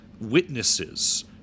witnesses